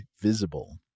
Visible